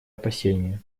опасения